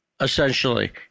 essentially